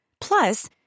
Plus